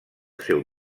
seu